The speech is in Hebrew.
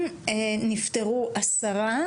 הגבוהה אין לנו נתונים על סטודנטים.